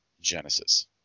Genesis